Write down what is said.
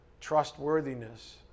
trustworthiness